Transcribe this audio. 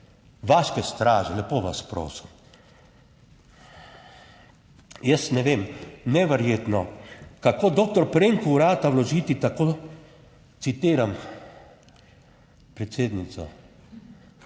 Vaške straže, lepo vas prosim. Jaz ne vem, neverjetno kako doktor Premku vrata vložiti, tako citiram, predsednico,